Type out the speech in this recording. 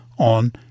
on